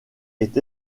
est